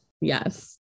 Yes